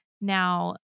Now